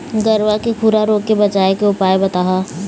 गरवा के खुरा रोग के बचाए के उपाय बताहा?